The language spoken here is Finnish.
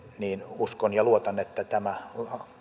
uskon ja luotan että tämä